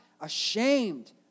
ashamed